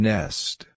Nest